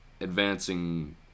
advancing